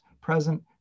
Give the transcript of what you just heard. present